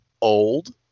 old